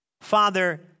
Father